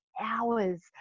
hours